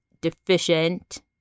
deficient